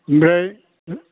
ओमफ्राय